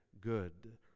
good